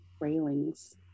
railings